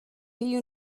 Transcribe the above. you